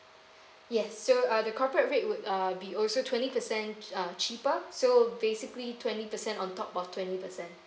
yes so uh the corporate rate would uh be also twenty percent uh cheaper so basically twenty percent on top of twenty percent